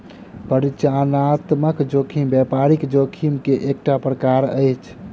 परिचालनात्मक जोखिम व्यापारिक जोखिम के एकटा प्रकार अछि